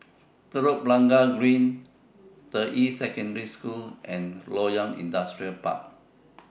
Telok Blangah Green Deyi Secondary School and Loyang Industrial Park